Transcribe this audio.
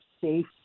safe